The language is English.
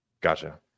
Gotcha